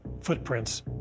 footprints